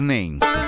Names